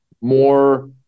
more